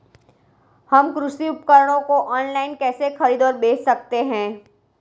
हम कृषि उपकरणों को ऑनलाइन कैसे खरीद और बेच सकते हैं?